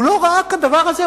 הוא לא ראה כדבר הזה,